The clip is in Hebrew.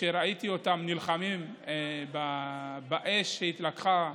כשראיתי אותם נלחמים באש שהתלקחה,